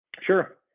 Sure